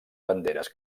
banderes